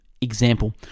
Example